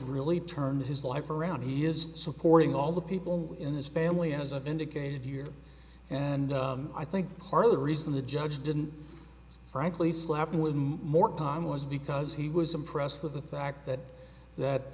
really turned his life around he is supporting all the people in this family as i've indicated here and i think part of the reason the judge didn't frankly slap you with more time was because he was impressed with the fact that